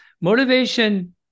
motivation